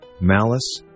malice